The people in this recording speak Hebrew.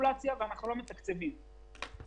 מפוקחים שנהנים ממבנה מסובסד,